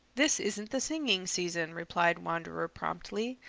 this isn't the singing season, replied wanderer promptly.